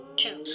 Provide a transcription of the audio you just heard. two